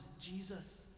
Jesus